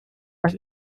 was